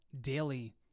daily